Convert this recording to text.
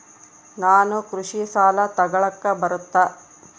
ನಾನು ಕೃಷಿ ಸಾಲ ತಗಳಕ ಬರುತ್ತಾ?